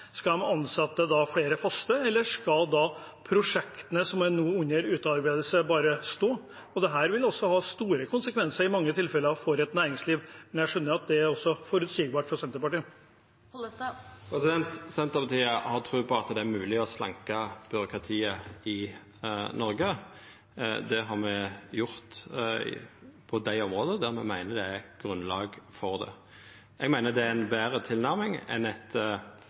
skal ansette flere faste, eller skal prosjektene som nå er under utarbeidelse, bare stå? Dette vil også i mange tilfeller ha store konsekvenser for et næringsliv, men jeg skjønner at det også er forutsigbart for Senterpartiet. Senterpartiet har tru på at det er mogleg å slanka byråkratiet i Noreg. Det har me gjort på dei områda der me meiner det er grunnlag for det. Eg meiner det er ei betre tilnærming enn eit